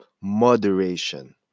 moderation